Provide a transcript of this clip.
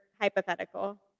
hypothetical